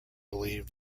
believed